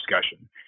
discussion